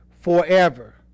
forever